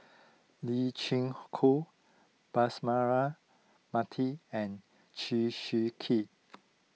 Lee Chin Koon Bus Mara Mathi and Chew Swee Kee